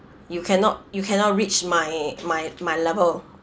you cannot you cannot reach my my my level